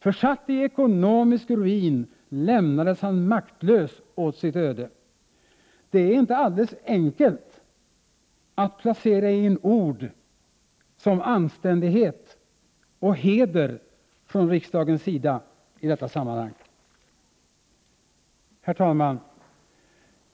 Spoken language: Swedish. Försatt i ekonomisk ruin lämnades han maktlös åt sitt öde. Det är inte alldeles enkelt att placera in ord som anständighet och heder från riksdagens sida i detta sammanhang. Herr talman!